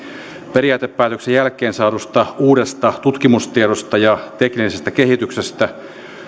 periaatepäätöksen jälkeen saadusta uudesta tutkimustiedosta ja teknillisestä kehityksestä